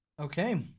Okay